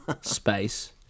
space